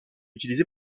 utilisé